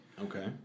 Okay